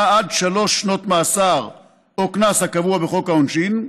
עד שלוש שנות מאסר או קנס הקבוע בחוק העונשין.